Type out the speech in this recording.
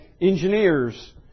engineers